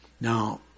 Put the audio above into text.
Now